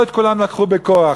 לא את כולם לקחו בכוח,